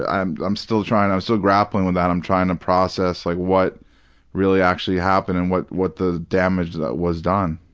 ah i'm i'm still trying i'm still grappling with that. i'm trying to process this, like what really actually happened and what what the damage that was done.